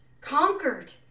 conquered